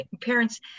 parents